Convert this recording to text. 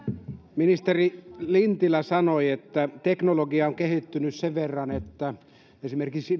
ministeri lintilä sanoi että teknologia on kehittynyt sen verran että esimerkiksi